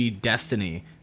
Destiny